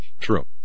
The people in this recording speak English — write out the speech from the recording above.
True